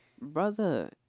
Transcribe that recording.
Brother